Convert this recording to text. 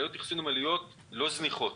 שהן עלויות לא זניחות,